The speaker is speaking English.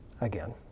again